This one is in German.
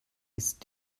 ist